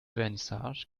vernissage